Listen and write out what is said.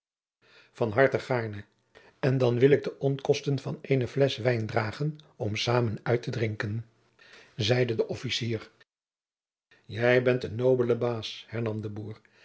van harte gaarne en dan wil ik de onkosten van eene flesch wijn dragen om samen uittedrinken zeide de officier jij bent een nobele baôs hernam de boer